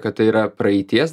kad tai yra praeities